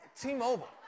T-Mobile